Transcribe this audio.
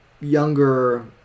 younger